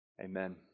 Amen